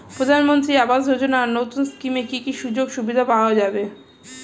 প্রধানমন্ত্রী আবাস যোজনা নতুন স্কিমে কি কি সুযোগ সুবিধা পাওয়া যাবে?